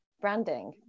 branding